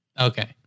Okay